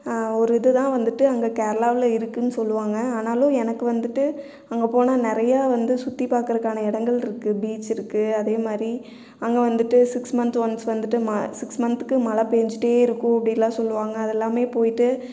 ஒரு இது தான் வந்துட்டு அங்கே கேரளாவில் இருக்குன் சொல்லுவாங்கள் ஆனாலும் எனக்கு வந்துட்டு அங்கே போனால் நிறையா வந்து சுற்றி பார்க்றக்கான இடங்கள்ருக்கு பீச் இருக்குது அதே மாதிரி அங்கே வந்துட்டு சிக்ஸ் மந்த் ஒன்ஸ் வந்துட்டு சிக்ஸ் மந்த்க்கு மழை பெஞ்சிட்டே இருக்கும் அப்படிலாம் சொல்லுவாங்கள் அதெல்லாமே போயிட்டு